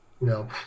No